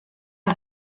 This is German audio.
und